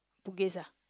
Bugis ah